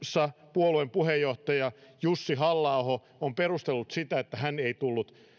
puolueen puheenjohtaja jussi halla aho on perustellut sitä että hän ei tullut